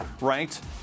ranked